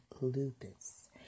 lupus